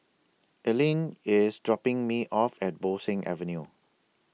Earlene IS dropping Me off At Bo Seng Avenue